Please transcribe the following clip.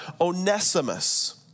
Onesimus